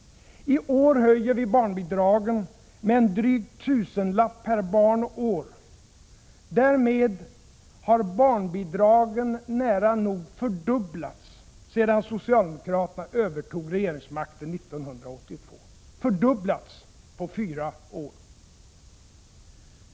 I år höjer vi barnbidragen med en dryg tusenlapp per barn och år. Därmed har barnbidragen på fyra år nära nog fördubblats sedan socialdemokraterna övertog regeringsmakten 1982.